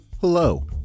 Hello